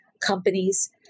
companies